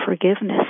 forgiveness